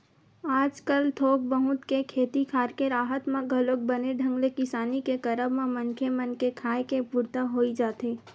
आजकल थोक बहुत के खेती खार के राहत म घलोक बने ढंग ले किसानी के करब म मनखे मन के खाय के पुरता होई जाथे